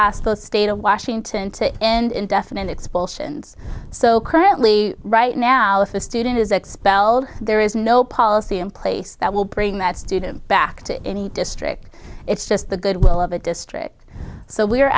ask the state of washington to end indefinite expulsions so currently right now if a student is expelled there is no policy in place that will bring that student back to any district it's just the goodwill of a district so we're